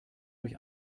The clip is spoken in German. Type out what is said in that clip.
durch